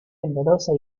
temblorosa